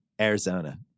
Arizona